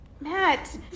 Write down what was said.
matt